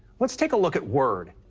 let's take a look at word.